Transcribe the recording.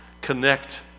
connect